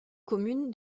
commune